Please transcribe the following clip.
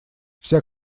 вся